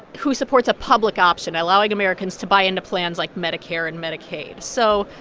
who supports a public option, allowing americans to buy into plans like medicare and medicaid. so,